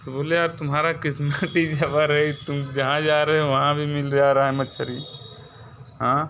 तो बोले यार तुम्हारी क़िस्मत ही ज़बरदस्त है तुम जहाँ जा रहे हो वहाँ भी मिल जा रही है मछली हाँ